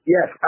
Yes